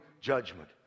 judgment